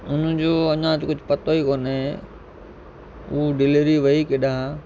उन जो अञा कुझु पतो ई कोन्हे उहा डिलेवरी वई केॾां